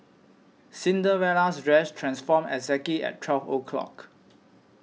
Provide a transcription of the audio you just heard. Cinderella's dress transformed exactly at twelve o' clock